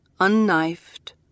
unknifed